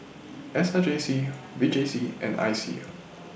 S R J C V J C and I C